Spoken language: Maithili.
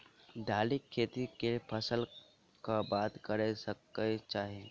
दालि खेती केँ फसल कऽ बाद करै कऽ चाहि?